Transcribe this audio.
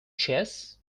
chess